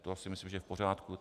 To si myslím, že je v pořádku.